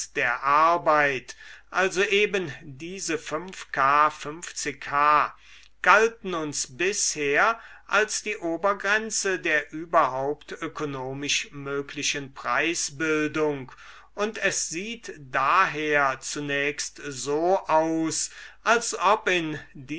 der arbeit also eben diese k h galten uns bisher als die obergrenze der überhaupt ökonomisch möglichen preisbildung und es sieht daher zunächst so aus als ob in